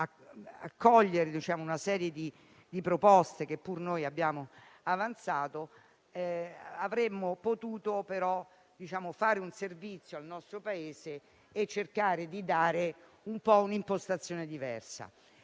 accogliere una serie di proposte che pure noi abbiamo avanzato; avremmo potuto rendere un servizio al nostro Paese cercando di dare un'impostazione diversa.